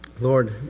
Lord